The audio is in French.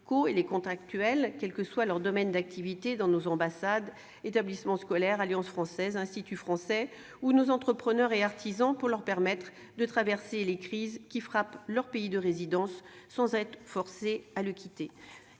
et les contractuels, quel que soit leur domaine d'activité dans nos ambassades, établissements scolaires, alliances françaises, instituts français, ou nos entrepreneurs et artisans, pour leur permettre de traverser les crises qui frappent leur pays de résidence sans être forcés à le quitter.